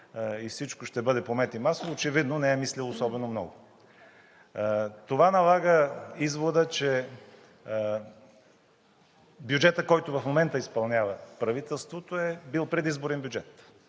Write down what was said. и всичко ще бъде по мед и масло, очевидно не е мислил особено много. Това налага извода, че бюджетът, който в момента изпълнява правителството, е бил предизборен бюджет